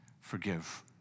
Forgive